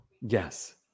Yes